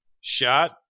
shot